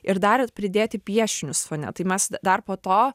ir dar pridėti piešinius fone tai mes dar po to